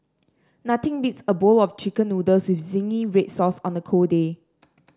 nothing beats a bowl of chicken noodles with zingy red sauce on a cold day